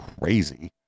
crazy